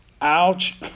Ouch